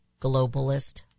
globalist